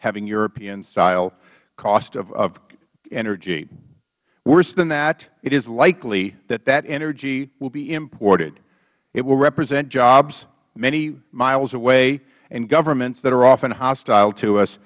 having europeanstyle cost of energy worse than that it is likely that that energy will be imported it will represent jobs many miles away and governments that are often hostile to us